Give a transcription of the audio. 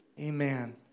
Amen